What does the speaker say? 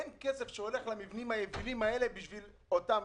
אין כסף שהולך למבנים היבילים האלה בשביל אותם